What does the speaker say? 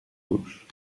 gauche